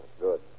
Good